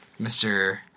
Mr